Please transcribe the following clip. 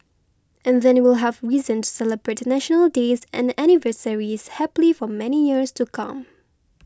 and then we'll have reason to celebrate National Days and anniversaries happily for many years to come